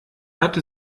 hatte